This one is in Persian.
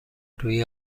روی